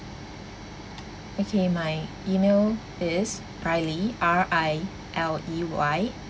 okay my email is riley R I L E Y